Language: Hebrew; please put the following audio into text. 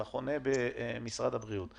אלא במשרד הבריאות.